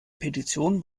petition